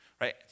right